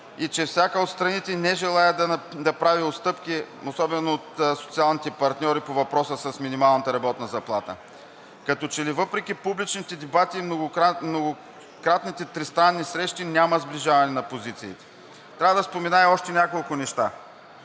че всяка от страните не желае да прави отстъпки, особено от социалните партньори, по въпроса с минималната работна заплата. Като че ли въпреки публичните дебати и многократните тристранни срещи няма сближаване на позициите. Трябва да спомена още няколко неща.